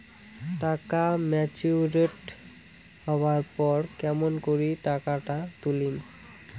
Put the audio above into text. টাকা ম্যাচিওরড হবার পর কেমন করি টাকাটা তুলিম?